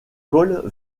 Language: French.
cols